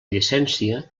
llicència